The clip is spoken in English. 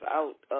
out